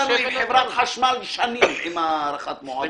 רק 5% מהלקוחות לא מתווכחים כשהם מקבלים דו"ח.